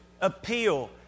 appeal